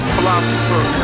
Philosopher